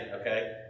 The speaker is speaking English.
okay